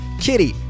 Kitty